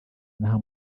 inaha